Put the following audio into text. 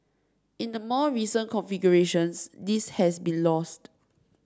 in the more recent configurations this has been lost